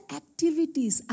activities